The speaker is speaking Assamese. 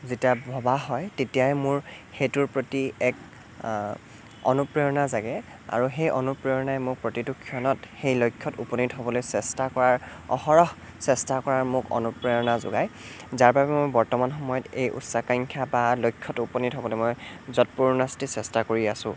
যেতিয়া ভবা হয় তেতিয়াই মোৰ সেইটোৰ প্ৰতি এক অনুপ্ৰেৰণা জাগে আৰু সেই অনুপ্ৰেৰণাই মোক প্ৰতিটো ক্ষণত সেই লক্ষ্যত উপনীত হ'বলৈ চেষ্টা কৰাত অহৰহ চেষ্টা কৰাৰ মোক অনুপ্ৰেৰণা যোগাই যাৰ বাবে মই বৰ্তমান সময়ত এই উচ্চাকাংক্ষা বা লক্ষ্যত উপনীত হ'বলৈ মই যৎপৰোনাস্তি চেষ্টা কৰি আছো